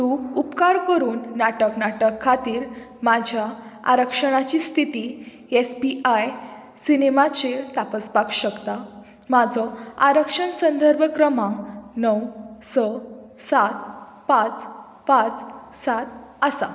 तूं उपकार करून नाटक नाटक खातीर म्हाज्या आरक्षणाची स्थिती एस पी आय सिनेमाचेर तापसपाक शकता म्हाजो आरक्षण संदर्भ क्रमांक णव स सात पांच पांच सात आसा